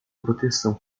proteção